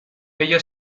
ella